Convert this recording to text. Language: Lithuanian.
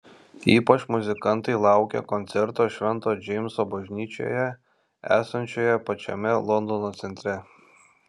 ypač muzikantai laukia koncerto švento džeimso bažnyčioje esančioje pačiame londono centre